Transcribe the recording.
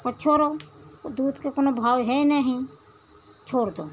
और छोड़ो वो दूध के कोनो भाव है नहीं छोड़ दो